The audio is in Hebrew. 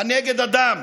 "הנגד אדם".